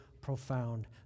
profound